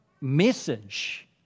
message